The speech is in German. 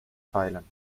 feilen